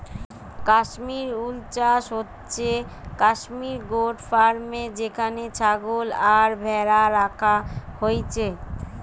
Kashmir wool চাষ হচ্ছে Kashmir goat ফার্মে যেখানে ছাগল আর ভ্যাড়া রাখা হইছে